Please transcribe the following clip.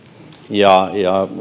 ja kun